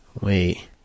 Wait